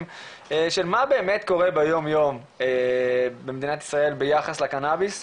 של מה באמת קורה ביום-יום במדינת ישראל ביחס לקנאביס,